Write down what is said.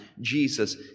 Jesus